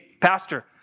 pastor